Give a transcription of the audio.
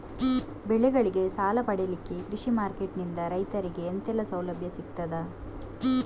ಬೆಳೆಗಳಿಗೆ ಸಾಲ ಪಡಿಲಿಕ್ಕೆ ಕೃಷಿ ಮಾರ್ಕೆಟ್ ನಿಂದ ರೈತರಿಗೆ ಎಂತೆಲ್ಲ ಸೌಲಭ್ಯ ಸಿಗ್ತದ?